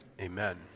Amen